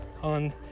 on